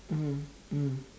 mm mm